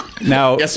Now